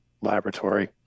laboratory